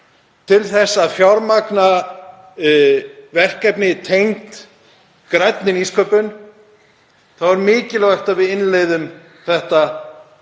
til að fjármagna verkefni tengd grænni nýsköpun, þá er mikilvægt að við innleiðum þetta